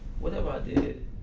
whatever i did.